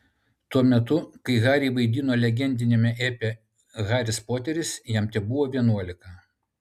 tuo metu kai harry vaidino legendiniame epe haris poteris jam tebuvo vienuolika